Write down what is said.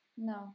No